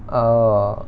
err